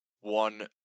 one